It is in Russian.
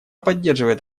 поддерживает